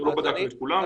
אנחנו לא בדקנו את כולן,